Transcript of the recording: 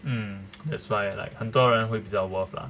mm that's why like 很多人会比较 worth lah